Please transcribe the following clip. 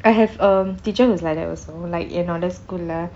I have a teacher who's like that also like என்னுடைய:ennudaiya school லே:lei